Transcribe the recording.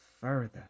further